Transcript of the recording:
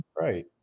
right